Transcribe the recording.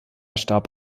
starb